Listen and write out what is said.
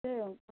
एवम्